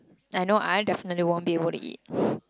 I know I definitely won't be able to eat